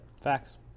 facts